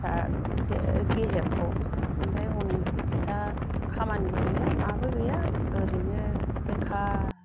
दा गेजेरखौ ओमफ्राय हनै दा खामानिबो गैया माबो गैया ओरैनो बेखार